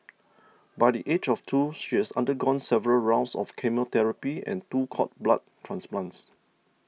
by the age of two she has undergone several rounds of chemotherapy and two cord blood transplants